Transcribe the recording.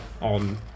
on